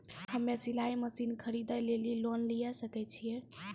हम्मे सिलाई मसीन खरीदे लेली लोन लिये सकय छियै?